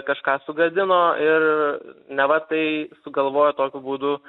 kažką sugadino ir neva tai sugalvojo tokiu būdu